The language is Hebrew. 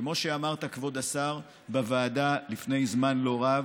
כמו שאמרת, כבוד השר, בוועדה לפני זמן לא רב: